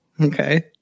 Okay